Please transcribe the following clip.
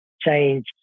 changed